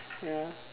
ya